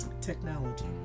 technology